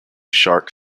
shark